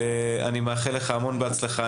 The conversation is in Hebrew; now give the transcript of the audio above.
ואני מאחל לך המון הצלחה.